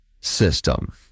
system